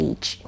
Age